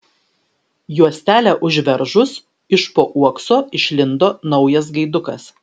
juostelę užveržus iš po uokso išlindo naujas gaidukas